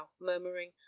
murmuring